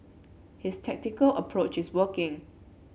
his tactical approach is working